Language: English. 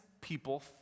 people